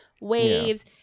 waves